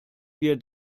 wir